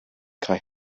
kaj